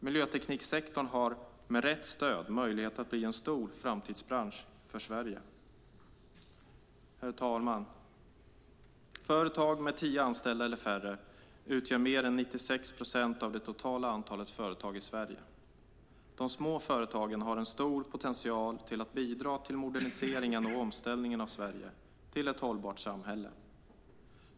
Miljötekniksektorn har med rätt stöd möjlighet att bli en stor framtidsbransch för Sverige. Herr talman! Företag med tio anställda eller färre utgör mer än 96 procent av det totala antalet företag i Sverige. De små företagen har en stor potential att bidra till moderniseringen och omställningen av Sverige till ett hållbart samhälle.